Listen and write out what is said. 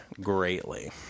greatly